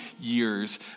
years